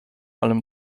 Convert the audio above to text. allem